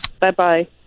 bye-bye